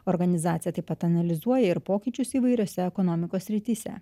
organizacija taip pat analizuoja ir pokyčius įvairiose ekonomikos srityse